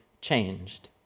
changed